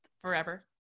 forever